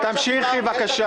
תמשיכי בבקשה.